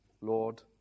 Lord